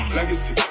Legacy